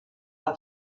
have